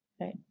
Right